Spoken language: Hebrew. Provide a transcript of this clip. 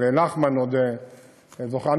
אבל נחמן עוד זוכר,